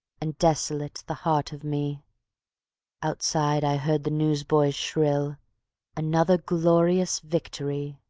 and desolate the heart of me outside i heard the news-boys shrill another glorious victory!